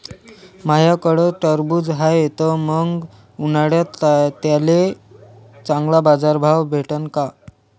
माह्याकडं टरबूज हाये त मंग उन्हाळ्यात त्याले चांगला बाजार भाव भेटन का?